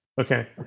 Okay